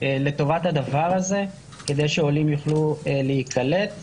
לטובת הדבר הזה כדי שעולים יוכלו להיקלט,